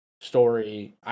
story